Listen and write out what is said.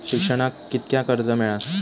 शिक्षणाक कीतक्या कर्ज मिलात?